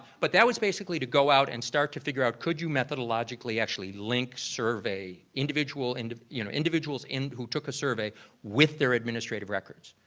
but that was basically to go out and start to figure out could you methodologically actually link survey individuals and you know, individuals in who took a survey with their administrative records?